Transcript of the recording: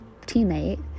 teammate